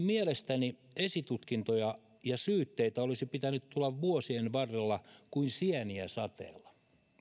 mielestäni esitutkintoja ja syytteitä olisi pitänyt tulla vuosien varrella kuin sieniä sateella